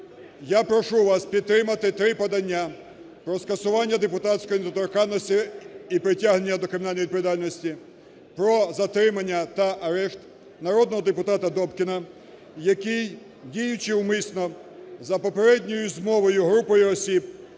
я прошу вас підтримати три подання про скасування депутатської недоторканності і притягнення до кримінальної відповідальності, про затримання та арешт народного депутата Добкіна, який, діючи умисно, за попередньою змовою із групою осіб,